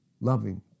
Loving